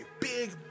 big